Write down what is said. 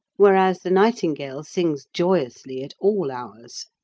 whereas the nightingale sings joyously at all hours.